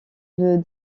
veut